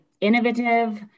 innovative